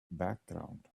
background